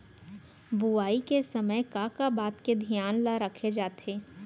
बुआई के समय का का बात के धियान ल रखे जाथे?